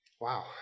Wow